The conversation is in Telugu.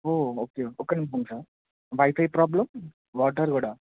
ఓ ఓకే ఒక నిమిషం సార్ వైఫై ప్రాబ్లమ్ వాటర్ కూడా